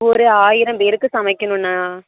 ஒரு ஆயிரம் பேருக்கு சமைக்கணும்ண்ணா